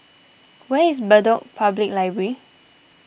where is Bedok Public Library